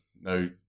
no